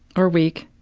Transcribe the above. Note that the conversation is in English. or weak.